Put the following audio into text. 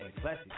Classic